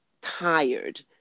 tired